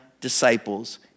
disciples